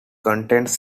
contains